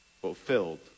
fulfilled